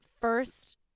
first